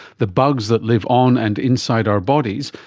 the bugs that live on and inside our bodies,